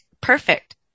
perfect